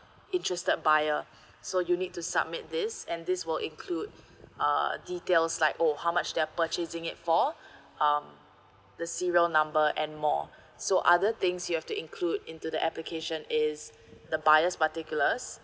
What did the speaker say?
interested buyer so you need to submit this and this will include uh details like oh how much they're purchasing it for um the serial number and more so other things you have to include into the application is the buyer's particulars